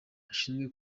ashinzwe